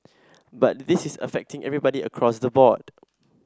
but this is affecting everybody across the board